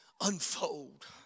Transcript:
unfold